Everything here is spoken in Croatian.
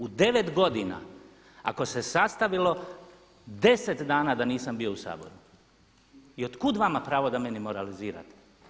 U 9 godina ako se sastavilo 10 dana da nisam bio u Saboru i od kud vama pravo da meni moralizira.